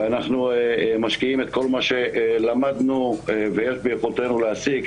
ואנחנו משקיעים את כל מה שלמדו ויש ביכולתנו להשיג,